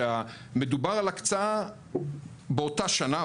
שמדובר על הקצאה באותה שנה,